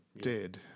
dead